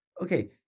okay